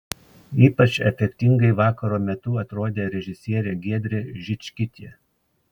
ypač efektingai vakaro metu atrodė režisierė giedrė žičkytė